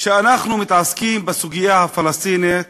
שאנחנו מתעסקים בסוגיה הפלסטינית